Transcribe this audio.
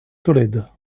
tolède